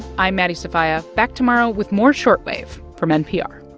i'm maddie sofia, back tomorrow with more short wave from npr